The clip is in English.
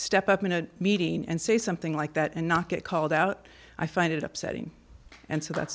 step up in a meeting and say something like that and not get called out i find it upsetting and so that